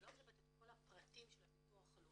אני לא אומרת את כל הפרטים של הביטוח הלאומי,